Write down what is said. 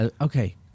okay